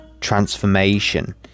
transformation